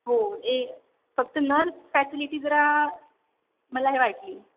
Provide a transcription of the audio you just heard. हो हे फक्त नर्स फॅसिलिटी जरा मला हे वाटली